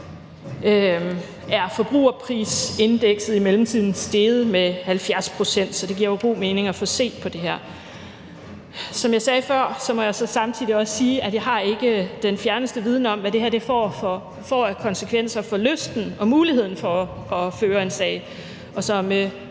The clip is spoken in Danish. er forbrugerprisindekset i mellemtiden steget med 70 pct., så det giver jo god mening at få set på det her. Som jeg sagde før, må jeg samtidig også sige, at jeg ikke har den fjerneste viden om, hvad det her får af konsekvenser for lysten til og muligheden for at føre en sag. Som